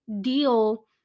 deal